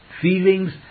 feelings